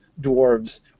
dwarves